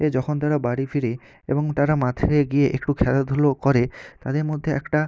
এ যখন তারা বাড়ি ফিরে এবং তারা মাঠে গিয়ে একটু খেলাধুলো করে তাদের মধ্যে একটা